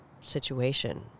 situation